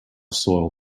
soil